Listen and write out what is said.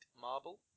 marble